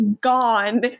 gone